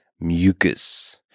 mucus